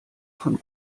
von